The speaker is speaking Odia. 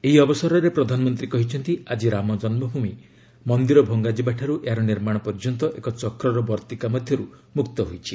ଏହି ଅବସରରେ ପ୍ରଧାନମନ୍ତ୍ରୀ କହିଛନ୍ତି ଆଜି ରାମ ଜନ୍ମୁଭ୍ରମି' ମନ୍ଦିର ଭଙ୍ଗାଯିବାଠାରୁ ଏହାର ନିର୍ମାଣ ପର୍ଯ୍ୟନ୍ତ ଏକ ଚକ୍ରର ବର୍ତ୍ତିକା ମଧ୍ୟରୁ ମୁକ୍ତ ହୋଇଛି